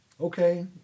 Okay